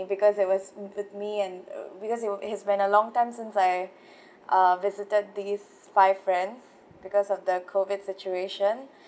because it was with me and because it was it's been a long time since I uh visited these five friends because of the COVID situation